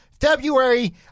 February